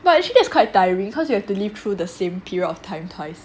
but actually that's quite tiring cause you have to live through the same period of time twice